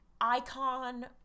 icon